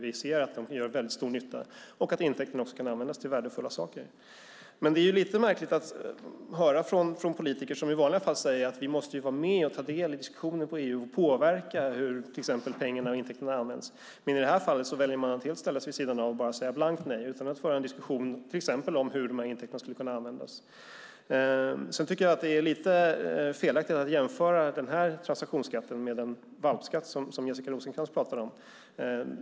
Vi ser att de gör stor nytta och att intäkterna kan användas till värdefulla saker. Det är lite märkligt att höra det här från politiker som i vanliga fall säger: Vi måste vara med och delta i diskussioner i EU och påverka hur till exempel pengarna och intäkterna används. Men i det här fallet väljer man att helt ställa sig vid sidan av och säga blankt nej utan att föra en diskussion till exempel om hur de här intäkterna skulle kunna användas. Sedan tycker jag att det är lite felaktigt att jämföra den här transaktionsskatten med en valpskatt, som Jessica Rosencrantz pratar om.